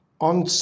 On